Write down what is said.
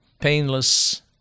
painless